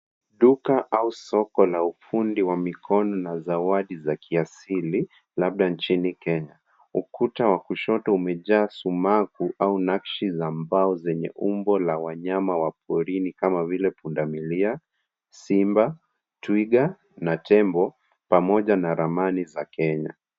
Duka au soko la ufundi wa mikono na zawadi za kiasili labda nchini Kenya. Ukuta wa kushoto umejaa sumaku au nakshi za mbao zenye umbo la wanyama wa porini kama vile pundamilia, simba, twiga na tembo pamoja na ramani za Kenya.